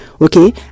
okay